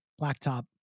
blacktop